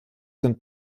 sind